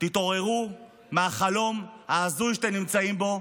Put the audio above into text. תתעוררו מהחלום ההזוי שאתם נמצאים בו.